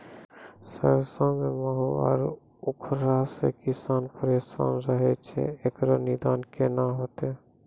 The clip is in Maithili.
सरसों मे माहू आरु उखरा से किसान परेशान रहैय छैय, इकरो निदान केना होते?